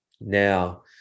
now